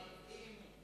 אי-אמון,